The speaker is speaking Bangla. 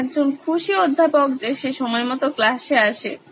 আমি একজন খুশি অধ্যাপক যে সে সময়মতো ক্লাসে আসে